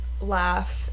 laugh